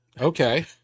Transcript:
Okay